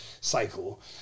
cycle